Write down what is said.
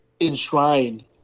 enshrine